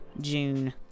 june